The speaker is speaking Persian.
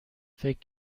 فکر